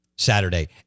saturday